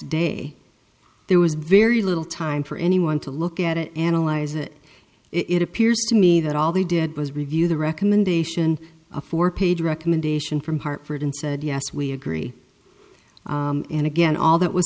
day there was very little time for anyone to look at it analyze it it appears to me that all they did was review the recommendation a four page recommendation from hartford and said yes we agree and again all that was